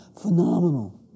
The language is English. phenomenal